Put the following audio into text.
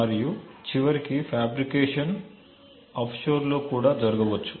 మరియు చివరికి ఫ్యాబ్రికేషన్ ఆఫ్షోర్లో కూడా జరుగవచ్చు